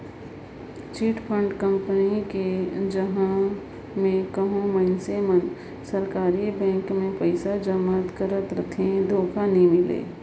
chit fund company कर जगहा में कहों मइनसे मन सरकारी बेंक में पइसा जमा करत अहें धोखा नी मिले